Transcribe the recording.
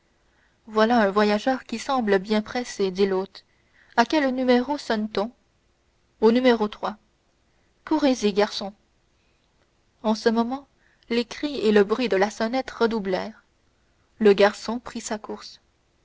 voilà un voyageur qui semble bien pressé dit l'hôte à quel numéro sonne t on au numéro courez les garçon en ce moment les cris et le bruit de la sonnette redoublèrent le garçon prit sa course